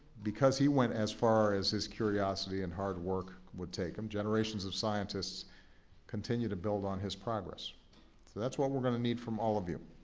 because he went as far as his curiosity and hard work would take him, generations of scientists continue to build on his progress. so that's what we're going to need from all of you.